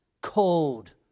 cold